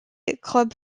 nightclub